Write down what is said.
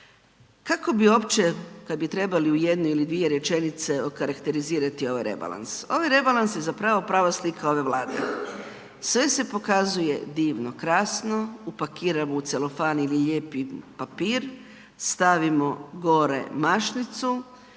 Kako bi uopće kad bi trebali u jednu ili dvije rečenice okarakterizirati ovaj rebalans, ovaj rebalans je zapravo prava slika ove Vlade, sve se pokazuje divno krasno, upakiramo u celofan ili lijepi papir, stavimo gore mašnicu